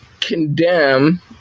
condemn